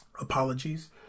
Apologies